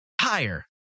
higher